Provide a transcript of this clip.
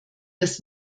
dass